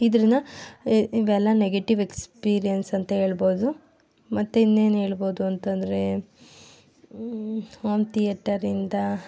ಇದರಿಂದ ಇವೆಲ್ಲ negative experience ಅಂತ ಹೇಳ್ಬೋದು ಮತ್ತೆ ಇನ್ನೇನು ಹೇಳ್ಬೋದು ಅಂತಂದರೆ ಓಮ್ ತಿಯೇಟರಿಂದ